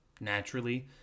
naturally